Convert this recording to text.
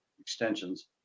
extensions